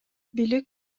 бийлик